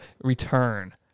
return